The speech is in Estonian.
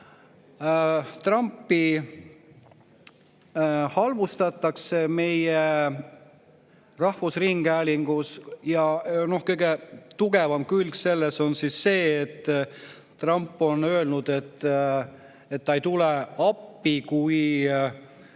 Trumpi halvustatakse meie rahvusringhäälingus ja kõige tugevamalt [tuuakse välja seda], et Trump on öelnud, et ta ei tule appi, kui